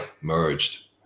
merged